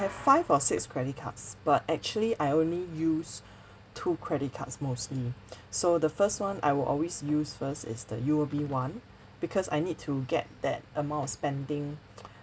have five or six credit cards but actually I only use two credit cards mostly so the first one I will always use first is the U_O_B one because I need to get that amount of spending